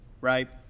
right